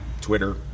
Twitter